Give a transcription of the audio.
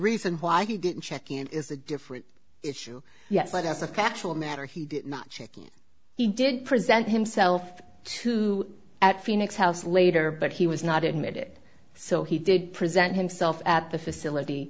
reason why he didn't check in is a different issue yes but as a casual matter he did not he did present himself to at phoenix house later but he was not admitted so he did present himself at the facility